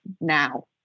now